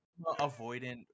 avoidant